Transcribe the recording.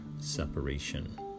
separation